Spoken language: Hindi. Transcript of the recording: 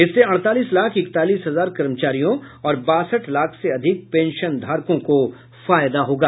इससे अड़तालीस लाख इकतालीस हजार कर्मचारियों और बासठ लाख से अधिक पेंशनधारकों को फायदा होगा